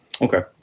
Okay